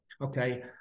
okay